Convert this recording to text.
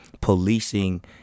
policing